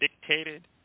dictated